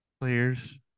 players